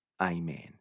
Amen